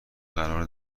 قرار